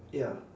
ya